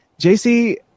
JC